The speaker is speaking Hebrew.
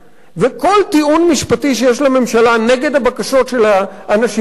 וכל טיעון משפטי שיש לממשלה נגד הבקשות של האנשים האלה,